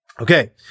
Okay